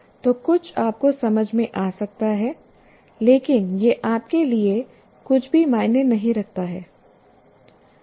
तो कुछ आपको समझ में आ सकता है लेकिन यह आपके लिए कुछ भी मायने नहीं रखता है